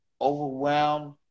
overwhelmed